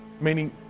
meaning